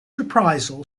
reprisal